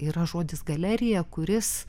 yra žodis galerija kuris